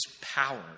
power